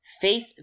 Faith